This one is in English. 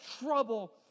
trouble